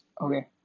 okay